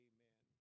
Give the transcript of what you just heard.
Amen